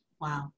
Wow